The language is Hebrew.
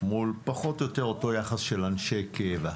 פחות או יותר באותו היחס של אנשי הקבע.